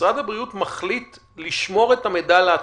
משרד הבריאות מחליט לשמור את המידע לעצמו,